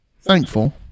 Thankful